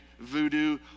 voodoo